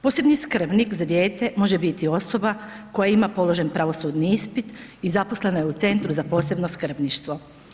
Posebni skrbnik za dijete može biti osoba koja ima položen pravosudni ispit i zaposlena je u Centru za posebno skrbništvo.